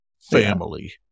Family